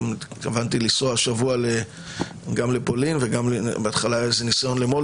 התכוונתי גם לנסוע השבוע לפולין ולמולדובה,